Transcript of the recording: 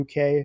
UK